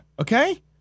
Okay